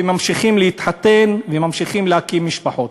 וממשיכים להתחתן וממשיכים להקים משפחות,